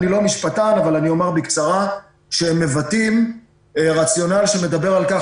אני לא משפטן אבל אומר בקצרה שהן מבטאות רציונל שמדבר על כך